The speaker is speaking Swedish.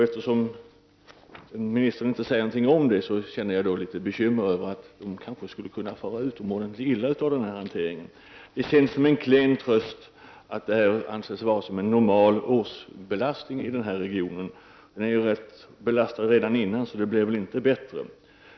Eftersom ministern inte säger någonting om det känner jag mig litet bekymrad för att de kanske skulle kunna fara utomordentligt illa av den här hanteringen. Det känns som en klen tröst att det anses vara en normal årsbelastning i den här regionen — den är ju rätt belastad redan förut, så det blir väl inte bättre.